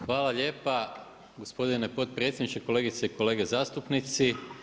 Hvala lijepa gospodine potpredsjedniče, kolegice i kolege zastupnici.